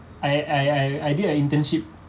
I I I I did an internship